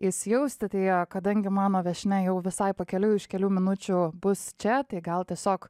įsijausti tai kadangi mano viešnia jau visai pakeliui už kelių minučių bus čia tai gal tiesiog